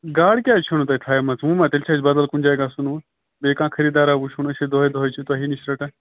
گاڑٕ کٛیازِ چھو نہٕ تۄہہِ تھایہِ مژٕ ونۍ مہَ تیٚلہِ چھُ اَسہِ بَدَل کُنہِ جایہِ گژھُن ونۍ بیٚیہِ کانٛہہ خریٖدارا وچھ وُن أسۍ ہے دۄہے دۄہے چھِ تۄہے نش رٹان